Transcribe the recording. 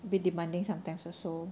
be demanding sometimes also